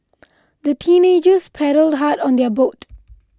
the teenagers paddled hard on their boat